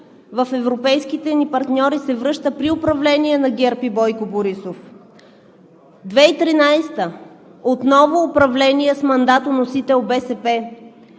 на европейските ни партньори при управление на ГЕРБ и Бойко Борисов. 2013 г. – отново управление с мандатоносител БСП,